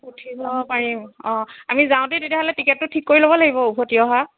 উঠিব পাৰিম অঁ আমি যাওঁতে তেতিয়াহ'লে টিকেটটো ঠিক কৰি ল'ব লাগিব উভতি অহাৰ